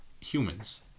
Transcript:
humans